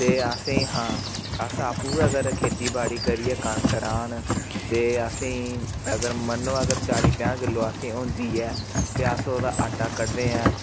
ते असेंगी हां अस आपूं गै अगर खेतीबाड़ी करियै कनक राह्न ते असेंगी अगर मन्नो अगर चाली पन्जाह् किल्लो असेंगी होंदी ऐ ते अस ओह्दा आटा कड्ढदे आं